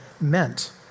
meant